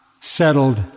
settled